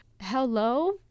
hello